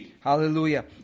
hallelujah